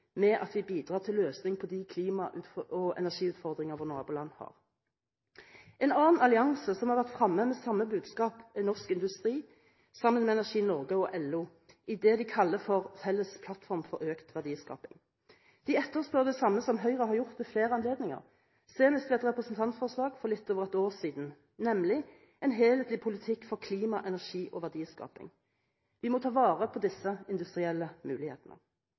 med at vi bidrar til en løsning på de klima- og energiutfordringer våre naboland har. En annen allianse som har vært fremme med samme budskap, er Norsk Industri, sammen med Energi Norge og LO, i det de kaller for «Felles plattform for økt verdiskaping». De etterspør det samme som Høyre har gjort ved flere anledninger, senest ved et representantforslag for litt over et år siden, nemlig en helhetlig politikk for klima, energi og verdiskaping. Vi må ta vare på disse industrielle mulighetene.